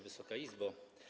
Wysoka Izbo!